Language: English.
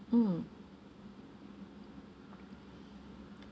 mm